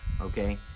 okay